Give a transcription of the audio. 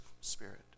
spirit